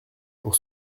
pour